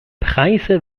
preise